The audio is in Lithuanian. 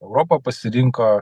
europa pasirinko